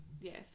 yes